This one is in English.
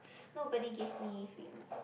nobody give me freelance